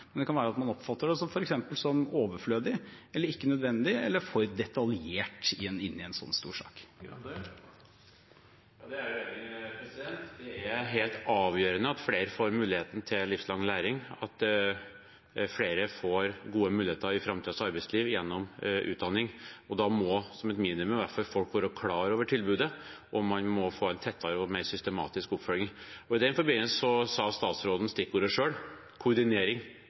Det kan være at man oppfatter det som f.eks. overflødig, ikke nødvendig eller for detaljert i en så stor sak. Det er jeg uenig i. Det er helt avgjørende at flere får muligheten til livslang læring, at flere får gode muligheter i framtidens arbeidsliv gjennom utdanning, og da må folk som et minimum i hvert fall være klar over tilbudet, og man må få en tettere og mer systematisk oppfølging. I den forbindelse sa statsråden stikkordet selv: koordinering.